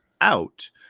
out